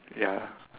ya